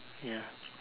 ya